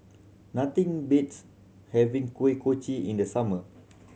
nothing beats having Kuih Kochi in the summer